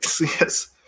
Yes